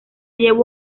llevó